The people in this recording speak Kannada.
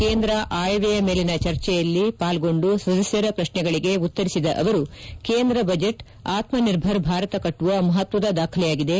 ಕೇಂದ್ರ ಆಯವ್ನಯ ಮೇಲಿನ ಚರ್ಚೆಯಲ್ಲಿ ಪಾಲ್ಗೊಂಡು ಸದಸ್ಯರ ಪ್ರತ್ನೆಗಳಿಗೆ ಉತ್ತರಿಸಿದ ಅವರು ಕೇಂದ್ರ ಬಜೆಟ್ ಆತ್ಸನಿರ್ಭರ್ ಭಾರತ ಕಟ್ಲುವ ಮಹತ್ವದ ದಾಖಲೆಯಾಗಿದೆ